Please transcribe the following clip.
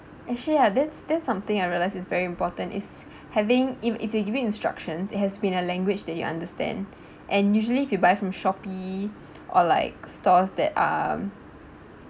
actually yeah that's that's something I realise is very important is having if if they give you instructions it has been a language that you understand and usually if you buy from Shopee or like stores that are